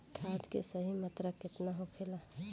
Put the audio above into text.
खाद्य के सही मात्रा केतना होखेला?